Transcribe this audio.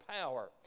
power